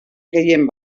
gehien